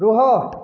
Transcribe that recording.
ରୁହ